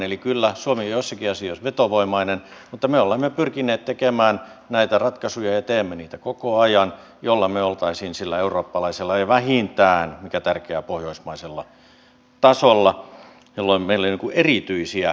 eli kyllä suomi on joissakin asioissa vetovoimainen mutta me olemme pyrkineet tekemään näitä ratkaisuja ja teemme niitä koko ajan joilla me olisimme sillä eurooppalaisella ja vähintään mikä tärkeää pohjoismaisella tasolla jolloin meillä ei ole erityisiä vetotekijöitä